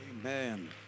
Amen